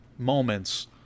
Moments